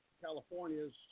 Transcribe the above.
California's